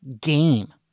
game